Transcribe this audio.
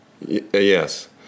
Yes